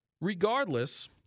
Regardless